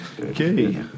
Okay